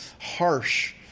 harsh